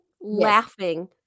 laughing